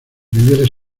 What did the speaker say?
vivieres